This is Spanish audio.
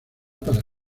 para